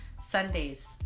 Sundays